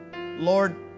Lord